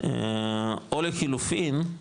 או לחילופין,